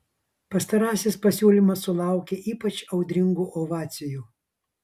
pastarasis pasiūlymas sulaukė ypač audringų ovacijų